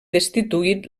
destituït